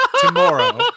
tomorrow